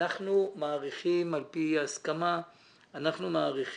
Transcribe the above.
להספק ונפח מנוע)?